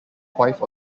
wife